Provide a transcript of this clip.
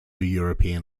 european